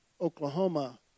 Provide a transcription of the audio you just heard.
Oklahoma